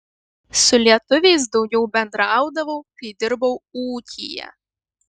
su lietuviais daugiau bendraudavau kai dirbau ūkyje